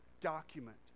document